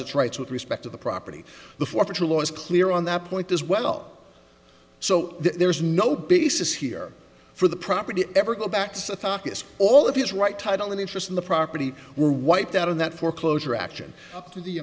its rights with respect to the property the forfeiture law is clear on that point as well so there's no basis here for the property ever go back to all of its right title and interest in the property were wiped out in that foreclosure action up to the